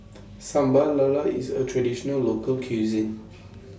Sambal Lala IS A Traditional Local Cuisine